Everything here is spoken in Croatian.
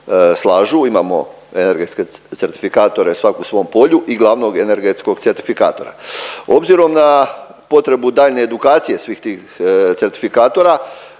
Imamo energetske certifikatore svaki u svom polju i glavnog energetskog certifikatora. Obzirom na potrebu daljnje edukacije svih tih certifikatora